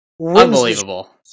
Unbelievable